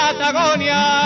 Patagonia